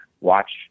watch